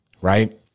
right